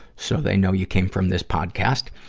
so they know you came from this podcast.